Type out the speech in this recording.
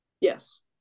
yes